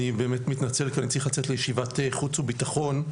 אני באמת מתנצל שאני צריך לצאת לישיבת חוץ וביטחון,